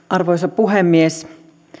arvoisa puhemies